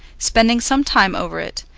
spending some time over it,